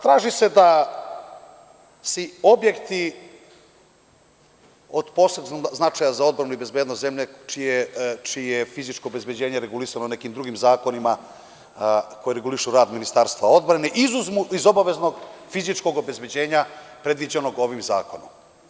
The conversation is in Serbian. Traži se da se objekti od posebnog značaja za odbranu i bezbednost zemlje, čije je fizičko obezbeđenje regulisano nekim drugim zakonima koji regulišu rad Ministarstva odbrane, izuzmu iz obaveznog fizičkog obezbeđenja predviđenog ovim zakonom.